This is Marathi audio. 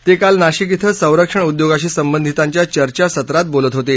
ते काल नाशिक इथं संरक्षण उद्योगाशी संबंधितांच्या चर्चासत्रात बोलत होते